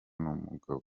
n’umugabo